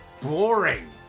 Boring